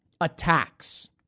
attacks